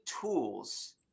tools